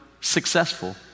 successful